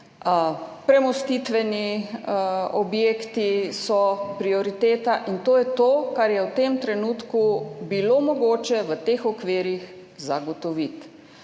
Premostitveni objekti so prioriteta. In to je to, kar je v tem trenutku bilo mogoče v teh okvirih zagotoviti,